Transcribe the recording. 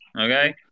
Okay